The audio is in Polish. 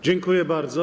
Dziękuję bardzo.